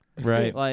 Right